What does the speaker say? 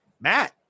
Matt